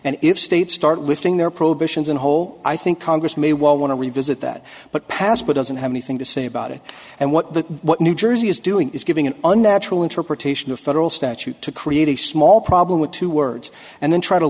and if states start listing their prohibitions in whole i think congress may well want to revisit that but passed but doesn't have anything to say about it and what the what new jersey is doing is giving an unnatural interpretation of federal statute to create a small problem with two words and then try to